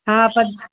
हा बसि